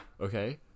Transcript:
okay